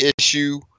issue